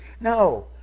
No